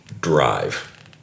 Drive